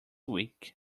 weak